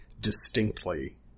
distinctly